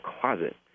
closet